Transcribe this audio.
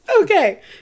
Okay